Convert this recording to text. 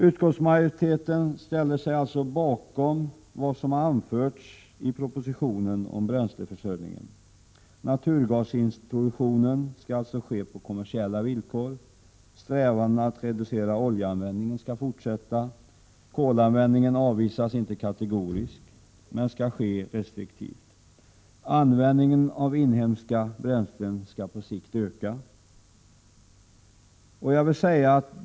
Utskottsmajoriteten ställer sig bakom vad som har anförts i propositionen om bränsleförsörjningen. Naturgasintroduktionen skall alltså ske på kommersiella villkor. Strävandena att reducera oljeanvändningen skall fortsätta. Kolanvändning avvisas inte kategoriskt, men kolet skall använda restriktivt. Användningen av inhemska bränslen skall på sikt öka.